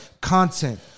Content